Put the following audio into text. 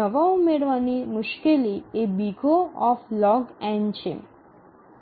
નવા ઉમેરવાની મુશ્કેલી એ O છે